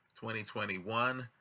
2021